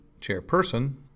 chairperson